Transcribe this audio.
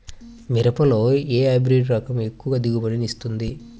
మిరపలో ఏ హైబ్రిడ్ రకం ఎక్కువ దిగుబడిని ఇస్తుంది?